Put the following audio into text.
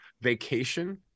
vacation